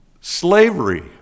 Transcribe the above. slavery